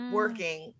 working